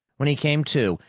when he came to,